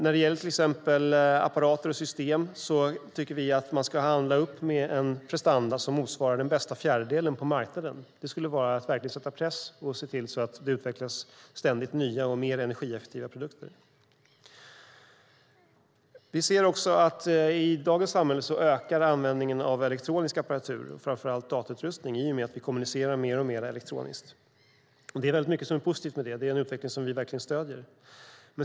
När det gäller till exempel apparater och system tycker vi att man ska handla upp med en prestanda som motsvarar den bästa fjärdedelen på marknaden. Det skulle vara att verkligen sätta press och se till att det ständigt utvecklas nya och mer energieffektiva produkter. Vi ser också att användningen av elektronisk apparatur, framför allt datorutrustning, ökar i dagens samhälle i och med att man kommunicerar mer och mer elektroniskt. Det är väldigt mycket som är positivt med det, och det är en utveckling vi verkligen stöder.